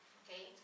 okay